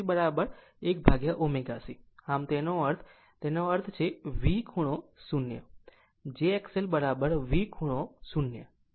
આમ તેનો અર્થ આ એક તેનો અર્થ છે V ખૂણો 0 jXL V ખૂણો 0 XL 90 o